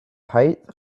height